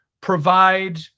provide